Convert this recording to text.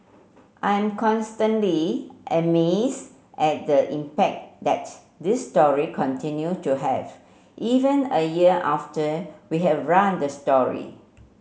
I'm constantly amazed at the impact that this story continue to have even a year after we have run the story